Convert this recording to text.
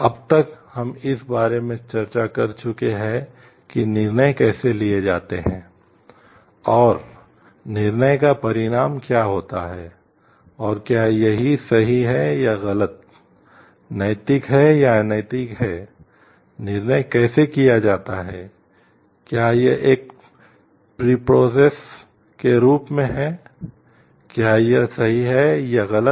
अब तक हम इस बारे में चर्चा कर चुके हैं कि निर्णय कैसे किए जाते हैं और निर्णय का परिणाम क्या होता है और क्या यह सही है या गलत नैतिक है या अनैतिक है निर्णय कैसे किया जाता है क्या यह एक प्रीप्रोसेस के रूप में है क्या यह सही है या गलत